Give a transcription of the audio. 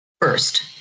first